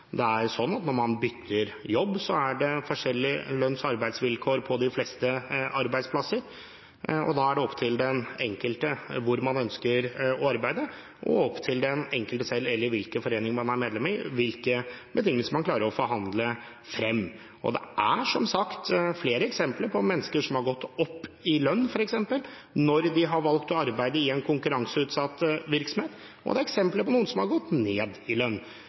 det er sånn at når man bytter jobb, ser man at det er forskjellige lønns- og arbeidsvilkår på de fleste arbeidsplasser. Det er opp til den enkelte hvor man ønsker å arbeide, eller hvilken forening man er medlem i, og opp til den enkelte selv hvilke betingelser man klarer å forhandle frem. Det er, som sagt, flere eksempler på mennesker som har gått opp i lønn når de har valgt å arbeide i en konkurranseutsatt virksomhet, og det er eksempler på noen som har gått ned i lønn.